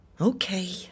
Okay